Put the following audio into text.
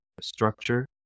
structure